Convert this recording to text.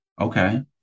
Okay